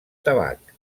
tabac